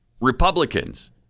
Republicans